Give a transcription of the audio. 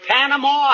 Panama